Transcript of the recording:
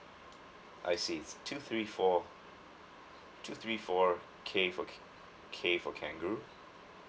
I see two three four two three four K for K for kangaroo